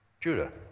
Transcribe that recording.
Judah